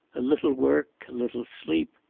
a little work, a little sleep,